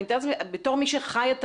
בתור מי שחיה את